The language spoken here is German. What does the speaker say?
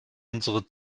unsere